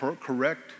correct